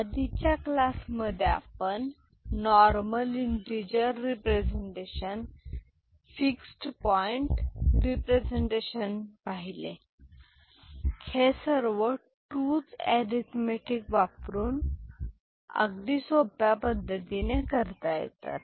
आधीच्या क्लास मध्ये आपण normal integer representation fixed point representation पाहिले हे सर्व 2s अरिथमॅटिक वापरून सोप्या पद्धतीने करता येतात